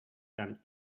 done